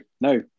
no